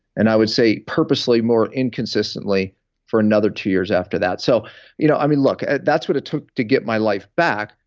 and i would say purposely, more inconsistently for another two years after that so you know um look, that's what it took to get my life back,